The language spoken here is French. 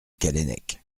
callennec